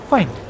Fine